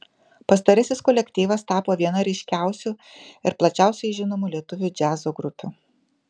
pastarasis kolektyvas tapo viena ryškiausių ir plačiausiai žinomų lietuvių džiazo grupių